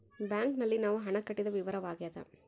bank ನಲ್ಲಿ ನಾವು ಹಣ ಕಟ್ಟಿದ ವಿವರವಾಗ್ಯಾದ